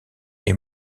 est